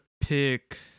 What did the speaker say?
pick